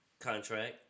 contract